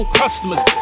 customers